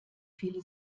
viele